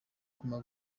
guma